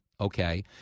okay